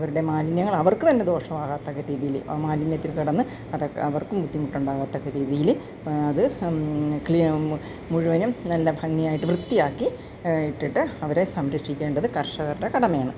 അവരുടെ മാലിന്യങ്ങൾ അവർക്ക് തന്നെ ദോഷമാകാത്ത രീതിയില് മാലിന്യത്തിൽ കിടന്ന് അവർക്കും ബുദ്ധിമുട്ടുണ്ടാകാത്തക്ക രീതിയിൽ അത് മുഴുവനും നല്ല ഭംഗിയായിട്ട് വൃത്തിയാക്കി ഇട്ടിട്ട് അവരെ സംരക്ഷിക്കേണ്ടത് കർഷകരുടെ കടമയാണ്